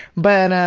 but,